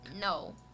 No